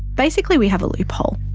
basically we have a loophole.